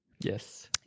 Yes